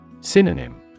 Synonym